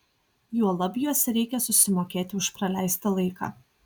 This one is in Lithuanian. juolab juose reikia susimokėti už praleistą laiką